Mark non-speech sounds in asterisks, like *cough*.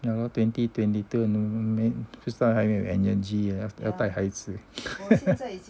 ya lor twenty twenty two 我们不知道还有没有 energy 要带孩子 *laughs*